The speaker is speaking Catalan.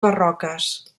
barroques